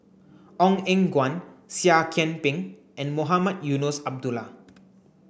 Ong Eng Guan Seah Kian Peng and Mohamed Eunos Abdullah